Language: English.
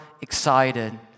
excited